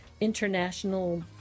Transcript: international